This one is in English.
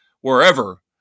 wherever